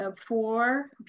four